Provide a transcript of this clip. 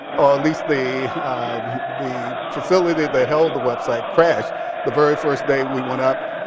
least, the the facility that held the website crashed the very first day we went up.